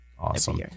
Awesome